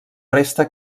resta